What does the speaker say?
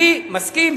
אני מסכים,